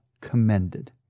commended